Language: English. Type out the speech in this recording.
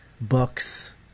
books